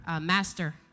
Master